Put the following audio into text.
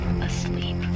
asleep